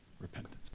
repentance